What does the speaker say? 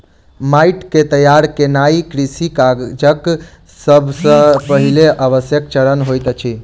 माइट के तैयार केनाई कृषि काजक सब सॅ पहिल आवश्यक चरण होइत अछि